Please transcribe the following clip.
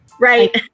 right